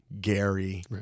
Gary